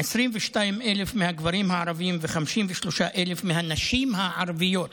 22,000 מהגברים הערבים ו-35,000 מהנשים הערביות